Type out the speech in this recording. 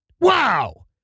Wow